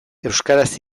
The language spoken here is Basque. euskaraz